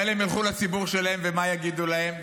אבל הם ילכו לציבור שלהם, ומה יגידו להם?